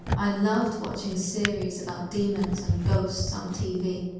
i loved watching series about demons and ghosts on tv,